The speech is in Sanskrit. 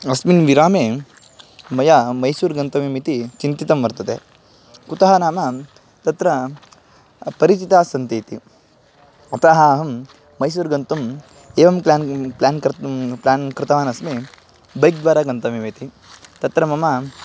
अस्मिन् विरामे मया मैसूर् गन्तव्यम् इति चिन्तितं वर्तते कुतः नाम तत्र परिचिताः सन्ति इति अतः अहं मैसूर् गन्तुम् एवं प्लान् प्लान् कर्तुं प्लान् कृतवान् अस्मि बैक् द्वारा गन्तव्यम् इति तत्र मम